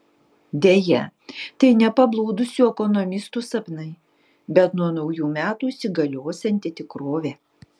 deja tai ne pablūdusių ekonomistų sapnai bet nuo naujų metų įsigaliosianti tikrovė